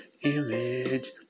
image